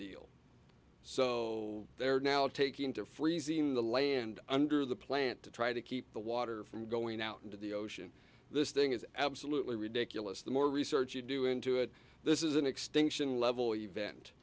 deal so there are now taking to freezing the land under the plant to try to keep the water from going out into the ocean this thing is absolutely ridiculous the more research you do into it this is an extinction level event